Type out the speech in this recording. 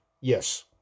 Yes